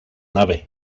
nave